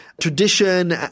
tradition